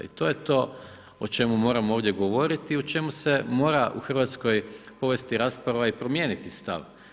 I to je to o čemu moramo ovdje govoriti i o čemu se mora u Hrvatskoj provesti rasprava i promijeniti stav.